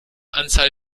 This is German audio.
anzahl